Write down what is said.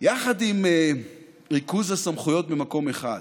יחד עם ריכוז הסמכויות במקום אחד,